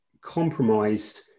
compromised